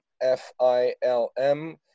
F-I-L-M